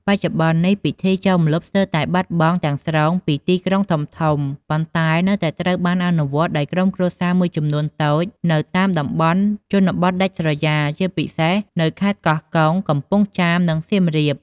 បច្ចុប្បន្ននេះ ពិធីចូលម្លប់ស្ទើរតែបាត់បង់ទាំងស្រុងពីទីក្រុងធំៗ ប៉ុន្តែនៅតែត្រូវបានអនុវត្តដោយក្រុមគ្រួសារមួយចំនួនតូចនៅតាមតំបន់ជនបទដាច់ស្រយាល ជាពិសេសនៅខេត្តកោះកុង កំពង់ចាម និងសៀមរាប។